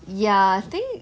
ya I think